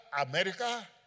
America